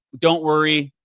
don't worry.